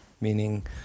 meaning